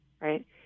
right